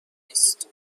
نیست